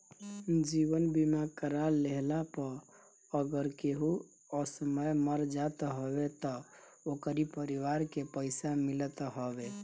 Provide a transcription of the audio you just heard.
जीवन बीमा करा लेहला पअ अगर केहू असमय मर जात हवे तअ ओकरी परिवार के पइसा मिलत हवे